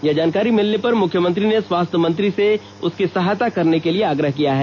यह जानकारी भिलने पर मुख्यमंत्री ने स्वास्थ्य मंत्री से यह उसी की ैसहायता के लिए आग्रह किया है